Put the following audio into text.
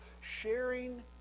sharing